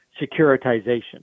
securitization